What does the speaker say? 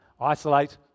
Isolate